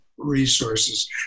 resources